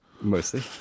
Mostly